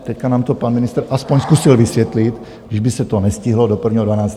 Teď nám to pan ministr aspoň zkusil vysvětlit, kdyby se to nestihlo do 1. 12.